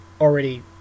already